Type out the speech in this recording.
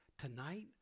Tonight